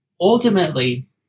ultimately